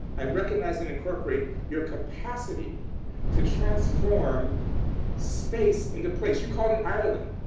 i recognize and incorporate your capacity to transform space into place. you call it ireland.